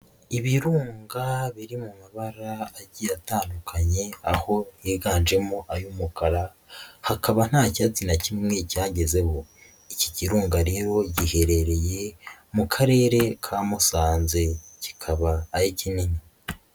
Ibirunga biri mu mabara agiye atandukanye aho yiganjemo ay'umukara hakaba nta cyatsi na kimwe cyagezeho, iki kirunga rero giherereye mu Karere ka Musanze kikaba ari kinini.